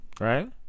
right